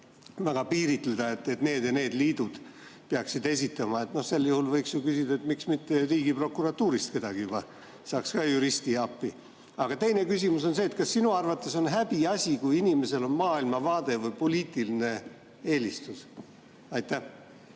väga piiritleda, et need ja need liidud peaksid esitama. No sel juhul võiks ju küsida, miks mitte juba Riigiprokuratuurist keegi, siis saaks ka juristi appi. Aga teine küsimus on see: kas sinu arvates on häbiasi, kui inimesel on maailmavaade või poliitiline eelistus? Teisele